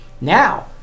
Now